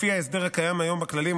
לפי ההסדר הקיים היום בכללים,